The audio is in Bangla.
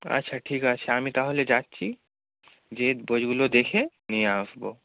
আচ্ছা ঠিক আছে আমি তাহলে যাচ্ছি যেয়ে বইগুলো দেখে নিয়ে আসবো